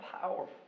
powerful